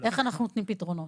איך אנחנו נותנים פתרונות?